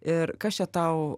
ir kas čia tau